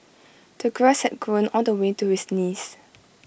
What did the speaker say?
the grass had grown all the way to his knees